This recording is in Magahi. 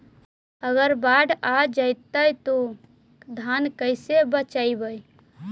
अगर बाढ़ आ जितै तो धान के कैसे बचइबै?